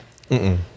-mm